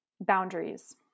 boundaries